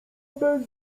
bez